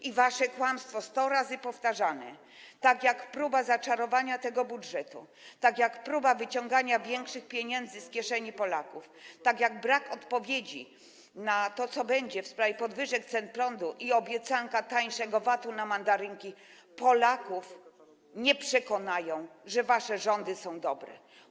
I wasze kłamstwo 100 razy powtarzane, tak jak próba zaczarowania tego budżetu, tak jak próba wyciągania większej ilości pieniędzy z kieszeni Polaków, tak jak brak odpowiedzi na pytanie o to, co będzie w sprawie podwyżek cen prądu, i obiecanka mniejszego VAT-u na mandarynki, Polaków nie przekona, że wasze rządy są dobre.